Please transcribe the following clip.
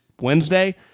wednesday